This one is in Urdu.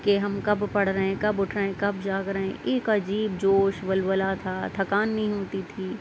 کہ ہم کب پڑھ رہے ہیں کب اٹھ رہے ہیں کب جاگ رہے ہیں ایک عجیب جوش ولولہ تھا تھکان نہیں ہوتی تھی